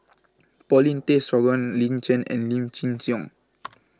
Paulin Tay Straughan Lin Chen and Lim Chin Siong